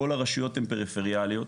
כל הרשויות הן פריפריאליות